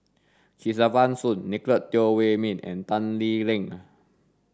Kesavan Soon Nicolette Teo Wei min and Tan Lee Leng